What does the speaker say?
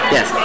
Yes